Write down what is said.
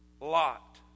Lot